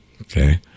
Okay